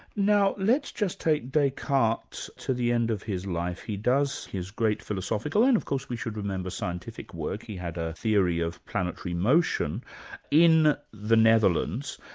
now let's just take descartes to the end of his life. he does his great philosophical, and of course we should remember, scientific work. he had a theory of planetary motion in the netherlands,